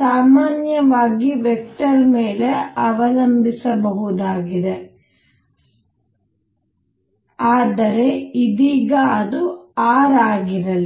ಸಾಮಾನ್ಯವಾಗಿ ವೆಕ್ಟರ್ ಮೇಲೆ ಅವಲಂಬಿಸಿರಬಹುದಾಗಿದೆ ಆದರೆ ಇದೀಗ ಅದು r ಆಗಿರಲಿ